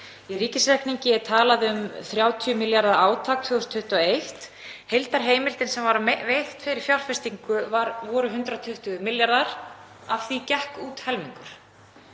Í ríkisreikningi er talað um 30 milljarða átak 2021, heildarheimildin sem var veitt til fjárfestingar var 120 milljarðar. Af því gekk helmingur